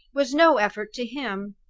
was no effort to him!